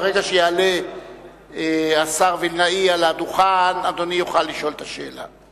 ברגע שיעלה השר וילנאי לדוכן אדוני יוכל לשאול את השאלה.